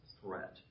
threat